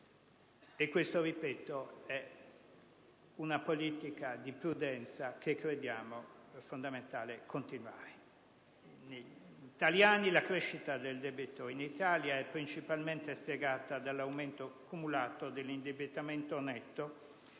Questo, ripeto, è frutto di una politica di prudenza che crediamo fondamentale continuare. La crescita del debito in Italia è principalmente spiegata dall'aumento cumulato dell'indebitamento netto